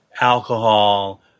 alcohol